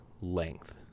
length